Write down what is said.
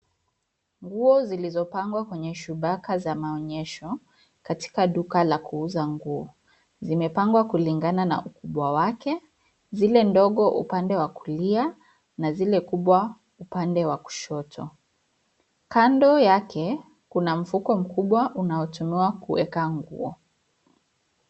Nguo zilizopangwa kwenye shubaka za maonyesho katika duka la kuuza nguo. Zimepangwa kulingana na ukubwa wake, zile ndogo upande wa kulia, na zile kubwa upande wa kushoto. Kando yake, kuna mfuko mkubwa unaotumiwa kuweka nguo.